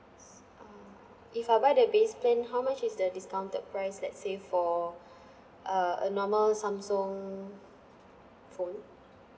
s~ um if I buy the base plan how much is the discounted price let's say for uh a normal samsung phone